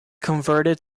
converted